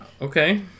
Okay